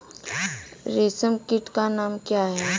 रेशम कीट का नाम क्या है?